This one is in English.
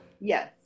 yes